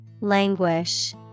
Languish